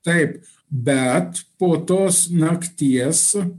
taip bet po tos nakties